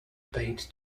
paid